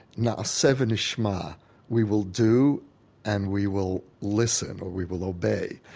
na'aseh v'nishma we will do and we will listen, or we will obey.